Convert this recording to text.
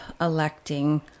electing